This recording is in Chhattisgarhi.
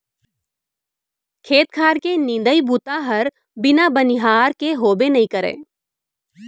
खेत खार के निंदई बूता हर बिना बनिहार के होबे नइ करय